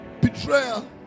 betrayal